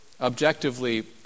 objectively